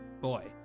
boy